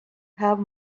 have